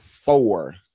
Four